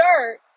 dirt